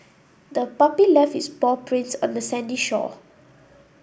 the puppy left its paw prints on the sandy shore